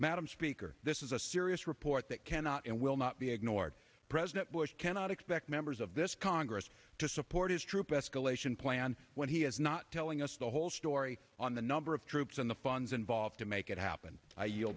madam speaker this is a serious report that cannot and will not be ignored president bush cannot expect members of this congress to support his troop escalation plan when he is not telling us the whole story on the number of troops and the funds involved to make it happen i y